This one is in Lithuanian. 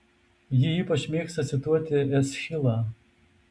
ji ypač mėgsta cituoti eschilą